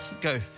Go